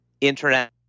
internet